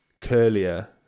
curlier